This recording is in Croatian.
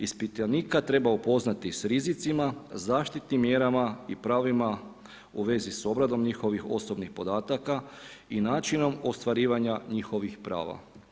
Ispitanika treba upoznati s rizicima, zaštitnim mjerama i pravima u vezi s obradom njihovih osobnih podataka i načinom ostvarivanja njihovih prava.